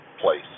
place